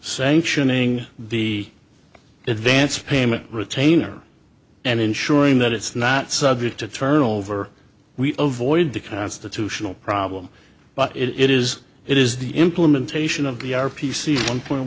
sanctioning the advance payment retainer and ensuring that it's not subject to turnover we avoid the constitutional problem but it is it is the implementation of the r p c one point